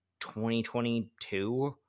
2022